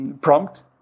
prompt